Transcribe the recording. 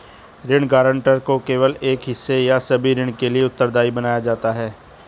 ऋण गारंटर को केवल एक हिस्से या सभी ऋण के लिए उत्तरदायी बनाया जाता है